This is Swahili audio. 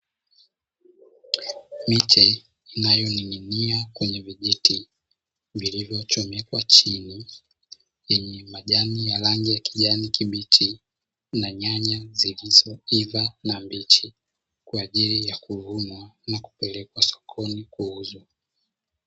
Miche inayoning'inia kwenye vijiti vilivyochomekwa chini, yenye majani ya rangi ya kijani kibichi na nyanya zilizoiva na mbichi, kwa ajili ya kuvunwa na kupelekwa sokoni kuuzwa.